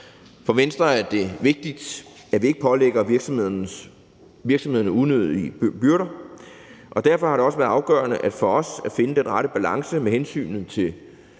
For Venstre er det vigtigt, at vi ikke pålægger virksomhederne unødige byrder, og derfor har det også været afgørende for os at finde den rette balance med hensynet til